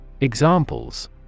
Examples